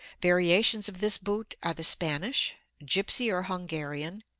variations of this boot are the spanish, gypsy or hungarian,